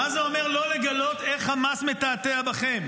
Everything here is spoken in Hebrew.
מה זה אומר לא לגלות איך חמאס מתעתע בכם?